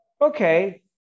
Okay